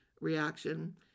reaction